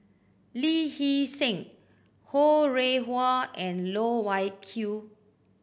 Lee Hee Seng Ho Rih Hwa and Loh Wai Kiew